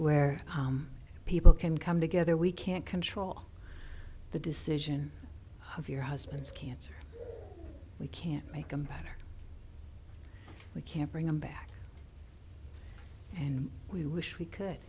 where people can come together we can't control the decision of your husband's cancer we can't make them better we can't bring them back and we wish we could